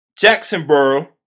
Jacksonboro